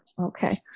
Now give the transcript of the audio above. Okay